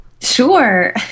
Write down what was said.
Sure